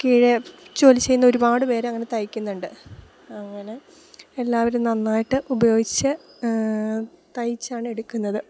കീഴെ ജോലി ചെയ്യുന്ന ഒരുപാട് പേര് അങ്ങനെ തയ്ക്കുന്നുണ്ട് അങ്ങനെ എല്ലാവരും നന്നായിട്ട് ഉപയോഗിച്ച് തയ്ച്ചാണെടുക്കുന്നത്